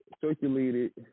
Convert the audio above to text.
circulated